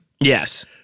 Yes